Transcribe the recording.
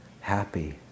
happy